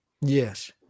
Yes